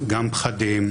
גם פחדים.